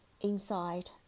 inside